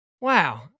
Wow